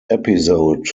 episode